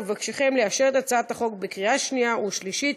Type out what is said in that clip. אבקשכם לאשר את הצעת החוק בקריאה השנייה והשלישית,